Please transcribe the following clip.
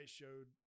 showed